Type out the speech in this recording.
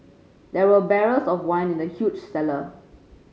there were barrels of wine in the huge cellar